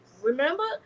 Remember